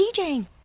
DJing